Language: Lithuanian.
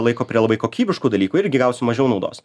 laiko prie labai kokybiškų dalykų irgi gausiu mažiau naudos